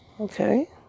okay